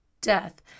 death